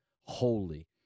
holy